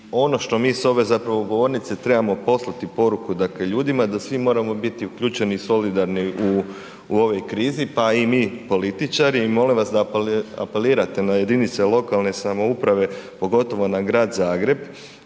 ono što mi s ove govornice trebamo poslati poruku ljudima da svi moramo biti uključeni i solidarni u ovoj krizi, pa i mi političari. I molim vas da apelirate ja jedinice lokalne samouprave pogotovo na grad Zagreb